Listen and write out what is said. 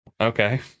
Okay